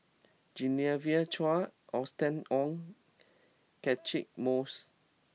Genevieve Chua Austen Ong Catchick Moses